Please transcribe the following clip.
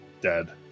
dead